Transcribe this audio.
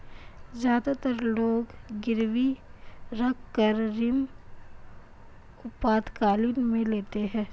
ज्यादातर लोग गिरवी रखकर ऋण आपातकालीन में लेते है